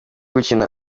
gukina